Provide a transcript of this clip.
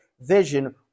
vision